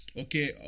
okay